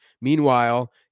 meanwhile